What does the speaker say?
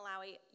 Malawi